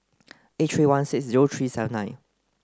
eight three one six zero three seven nine